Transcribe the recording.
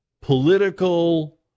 political